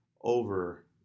over